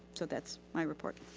so that's my report.